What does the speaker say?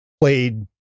played